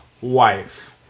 wife